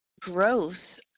growth